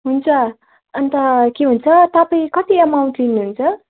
हुन्छ अन्त के भन्छ तपाईँ कति अमाउन्ट लिनुहुन्छ